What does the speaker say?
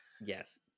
Yes